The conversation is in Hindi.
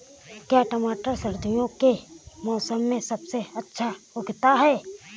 क्या टमाटर सर्दियों के मौसम में सबसे अच्छा उगता है?